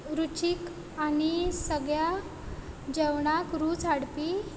रुचीक आनी सगळ्या जेवणांक रूच हाडपी